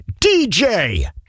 DJ